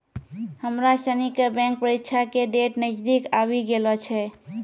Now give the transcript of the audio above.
हमरा सनी के बैंक परीक्षा के डेट नजदीक आवी गेलो छै